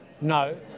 no